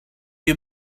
you